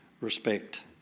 respect